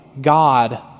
God